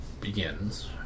begins